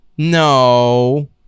no